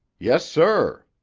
yes, sir.